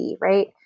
right